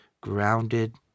grounded